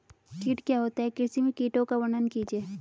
कीट क्या होता है कृषि में कीटों का वर्णन कीजिए?